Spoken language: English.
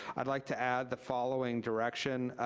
i'd like to add the following direction,